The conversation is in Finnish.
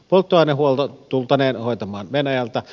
polttoainehuolto tultaneen hoitamaan venäjältä